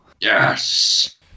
Yes